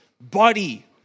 body